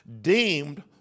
deemed